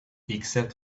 except